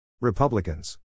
Republicans